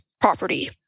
property